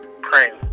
praying